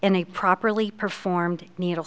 a properly performed needle